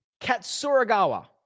Katsuragawa